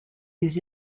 des